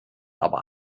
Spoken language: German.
aber